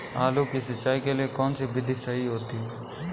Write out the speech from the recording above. आलू की सिंचाई के लिए कौन सी विधि सही होती है?